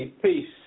Peace